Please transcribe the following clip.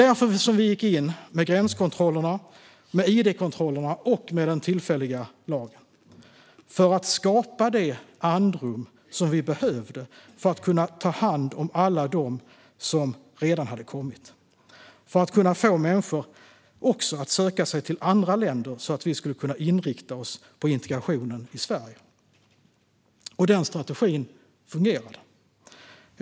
Vi gick därför in med gränskontrollerna, id-kontrollerna och den tillfälliga lagen för att skapa det andrum vi behövde för att kunna ta hand om alla dem som redan hade kommit och för att kunna få människor att också söka sig till andra länder så att vi skulle kunna inrikta oss på integrationen i Sverige. Den strategin fungerade.